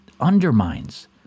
undermines